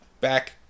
back